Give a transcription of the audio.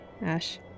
Ash